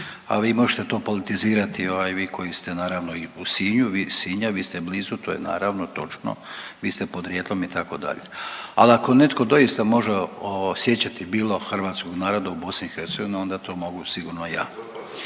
a vi možete to politizirati, vi koji ste naravno i u Sinju, iz Sinja vi ste blizu, to je naravno točno, vi ste podrijetlom itd. Ali ako netko doista može osjećati bilo hrvatskog naroda u BiH onda to mogu sigurno ja